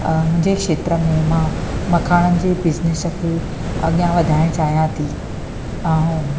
मुंहिंजे क्षेत्र में मां मखाणनि जे बिज़नेस खे अॻियां वधाइणु चाहियां थी ऐं